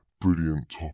brilliant